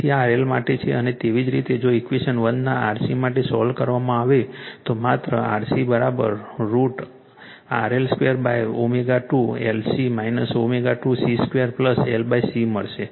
તેથી આ RL માટે છે અને તેવી જ રીતે જો ઇક્વેશન 1 ના RC માટે સોલ્વ કરવામાં આવે તો માત્ર RC √RL 2ω2 LC ω2 C 2 L C મળશે